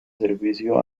servicio